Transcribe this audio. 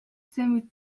zen